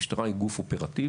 משטרה היא גוף אופרטיבי.